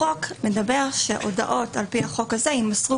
החוק מדבר שהודעות על פי החוק הזה יימסרו